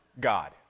God